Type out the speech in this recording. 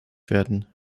werden